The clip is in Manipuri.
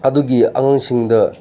ꯑꯗꯨꯒꯤ ꯑꯉꯥꯡꯁꯤꯡꯗ